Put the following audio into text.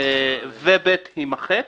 ו-(ב) יימחק.